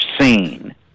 seen